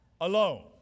alone